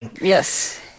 Yes